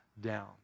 Down